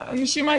הנשימה,